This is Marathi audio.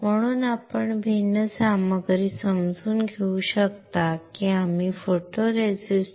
म्हणून आपण भिन्न सामग्री समजून घेऊ शकता की आम्ही फोटोरेसिस्टphotoresist